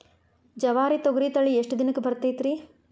ಜವಾರಿ ತೊಗರಿ ತಳಿ ಎಷ್ಟ ದಿನಕ್ಕ ಬರತೈತ್ರಿ?